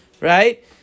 Right